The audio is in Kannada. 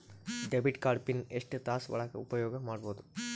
ಡೆಬಿಟ್ ಕಾರ್ಡ್ ಪಿನ್ ಎಷ್ಟ ತಾಸ ಒಳಗ ಉಪಯೋಗ ಮಾಡ್ಬಹುದು?